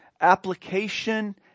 application